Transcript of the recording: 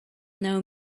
know